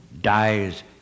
dies